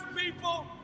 people